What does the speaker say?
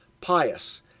pious